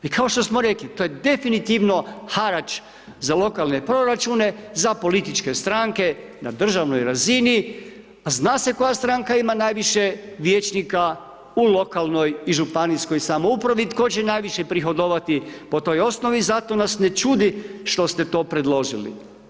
I kao što smo rekli, to je definitivno harač za lokalne proračune, za političke stranke na državnoj razini a zna se koja stranka ima najviše vijećnika u lokalnoj i županijskoj samoupravi, tko će najviše prihodovati po toj osnovi i zato nas ne čudi što ste to predložili.